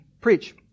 preach